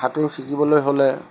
সাঁতোৰ শিকিবলৈ হ'লে